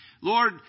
Lord